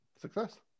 Success